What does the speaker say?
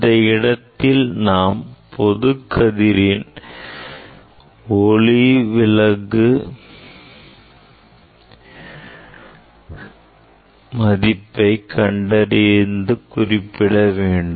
இந்த இடத்தில் நாம் பொது கதிரின் சிறும ஒளிவிலகல் மதிப்பை குறிப்பிட வேண்டும்